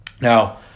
Now